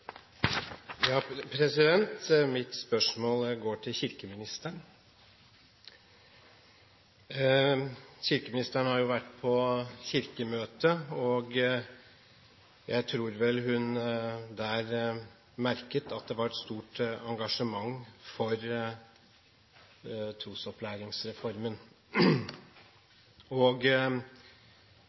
Mitt spørsmål går til kirkeministeren. Kirkeministeren har jo vært på Kirkemøtet, og jeg tror hun der merket at det var et stort engasjement for trosopplæringsreformen – og